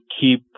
keep